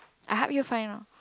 I help you find lah